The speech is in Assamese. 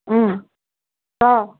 অ'